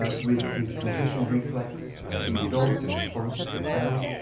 ah with his conditioned reflex in the dogs in response to the bell.